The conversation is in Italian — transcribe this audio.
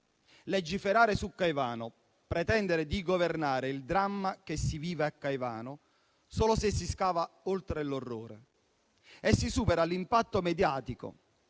legiferare su Caivano e pretendere di governare il dramma che si vive a Caivano, solo se si scava oltre l'orrore e si supera l'impatto mediatico.